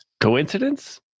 Coincidence